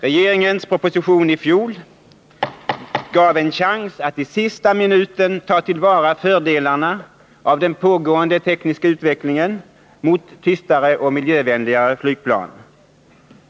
Regeringens proposition i fjol var en chans att i sista minuten ta till vara fördelarna av den pågående tekniska utvecklingen mot tystare och miljövänligare flygplan.